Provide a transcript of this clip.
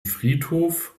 friedhof